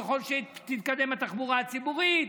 ככל שתתקדם התחבורה הציבורית,